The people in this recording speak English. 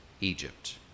Egypt